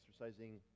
exercising